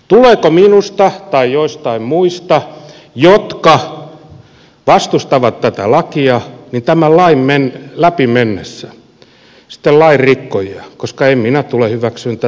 tuleeko minusta tai joistain muista jotka vastustavat tätä lakia tämän lain läpi mennessä sitten lainrikkojia koska en minä tule hyväksymään tätä koskaan